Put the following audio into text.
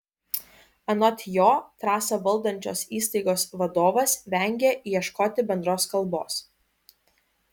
anot jo trasą valdančios įstaigos vadovas vengia ieškoti bendros kalbos